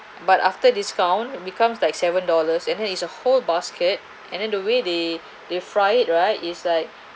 but after discount becomes like seven dollars and then it's a whole basket and then the way they they fry it right is like